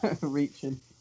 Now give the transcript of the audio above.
reaching